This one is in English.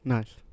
Nice